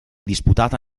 disputata